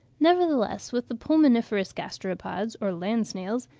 nevertheless with the pulmoniferous gasteropods, or land-snails,